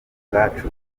ubwacu